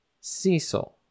Cecil